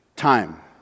Time